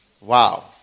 Wow